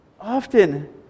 often